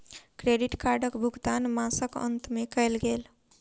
credit कार्डक भुगतान मासक अंत में कयल गेल